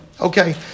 Okay